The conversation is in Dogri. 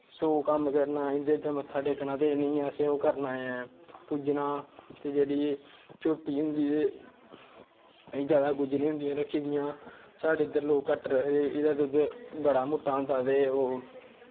असें ओह् कम्म करना ऐ ते इं'दे अग्गें मत्था टेकना ऐ ते जेह्ड़ी झोट्टी होंदी ते एह् जादा गुज्जरें होंदियां रक्खी दियां साढ़े इद्धर लोग घट्ट रखदे एह्दा दुद्ध बड़ा मुट्टा होंदा ते ओ